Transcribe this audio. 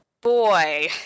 boy